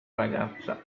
ragazza